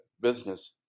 business